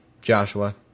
Joshua